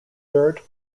third